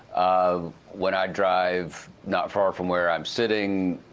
um when i drive not far from where i'm sitting,